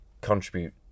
contribute